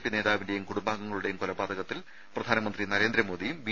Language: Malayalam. പി നേതാവിന്റെയും കുടുംബാംഗങ്ങളുടെയും കൊലപാതകത്തിൽ പ്രധാനമന്ത്രി നരേന്ദ്രമോദിയും ബി